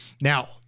Now